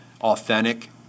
authentic